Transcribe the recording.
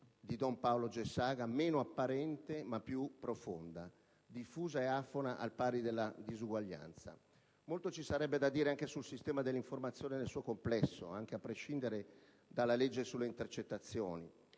di don Paolo Gessaga, una povertà meno apparente ma più profonda, diffusa ed afona al pari della disuguaglianza. Molto ci sarebbe da dire anche sul sistema dell'informazione nel suo complesso, anche a prescindere dalla legge sulle intercettazioni.